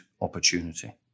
opportunity